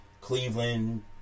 Cleveland